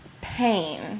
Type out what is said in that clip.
pain